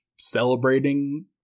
celebrating